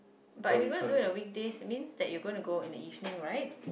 but if you going to do your weekdays that means that you going to go in the evening right